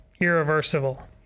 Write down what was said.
irreversible